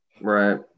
Right